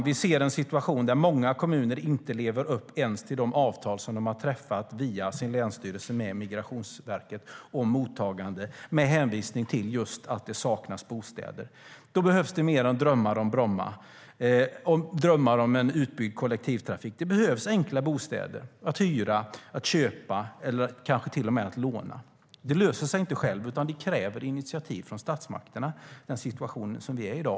Vi ser en situation där många kommuner inte lever upp ens till de avtal som de har träffat via sin länsstyrelse med Migrationsverket om mottagande, just med hänvisning till att det saknas bostäder. Då behövs det mer än drömmar om Bromma och drömmar om en utbyggd kollektivtrafik. Det behövs enkla bostäder att hyra, att köpa eller kanske till och med att låna. Det löser sig inte självt, utan den situation som vi i dag är i kräver initiativ från statsmakterna.